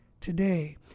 today